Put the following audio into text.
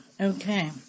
Okay